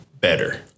better